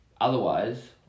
Otherwise